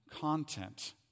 content